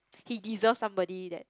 he deserve somebody that